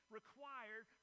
required